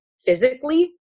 physically